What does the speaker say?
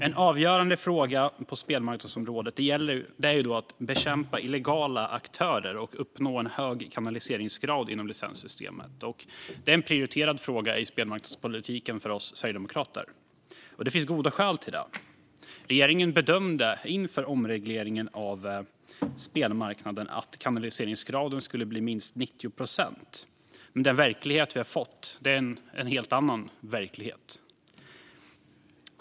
En avgörande fråga på spelmarknadsområdet är att bekämpa illegala aktörer och uppnå en hög kanaliseringsgrad inom licenssystemet. Det är en prioriterad fråga i spelmarknadspolitiken för oss sverigedemokrater. Det finns goda skäl till det. Regeringen bedömde inför omregleringen av spelmarknaden att kanaliseringsgraden skulle bli minst 90 procent. Men den verklighet som vi har fått är en helt annan.